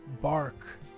bark